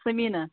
Samina